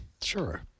Sure